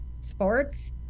Sports